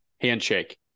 Handshake